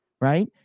right